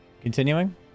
Continuing